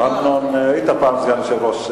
אמנון, היית פעם סגן יושב-ראש.